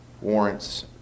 warrants